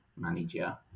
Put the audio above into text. manager